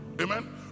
Amen